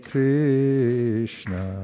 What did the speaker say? Krishna